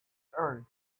earth